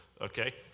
okay